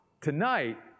Tonight